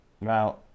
Now